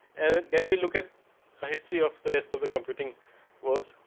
and then we look at a history of the rest of the computing world.